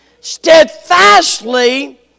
steadfastly